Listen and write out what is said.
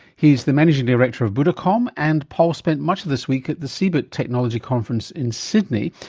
he's the managing director of buddecomm and paul spent much of this week at the cebit technology conference in sydney,